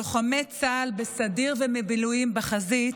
לוחמי צה"ל בסדיר ובמילואים בחזית